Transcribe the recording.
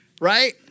right